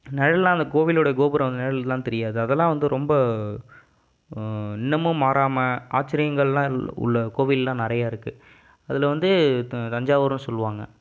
நிழல்லாம் அந்த கோவிலோடு கோபுரம் நிழல்லாம் தெரியாது அதெலாம் வந்து ரொம்ப இன்னுமும் மாறாமல் ஆச்சரியங்கள்லாம் உள்ள கோவில்லாம் நிறையா இருக்குது அதில் வந்து த தஞ்சாவூரும் சொல்லுவாங்கள்